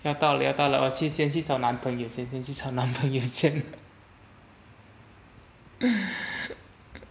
要到了到了我要先去找男朋友先先去找男朋友先